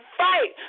fight